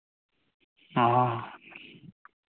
ᱚᱻ